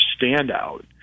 standout